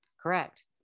Correct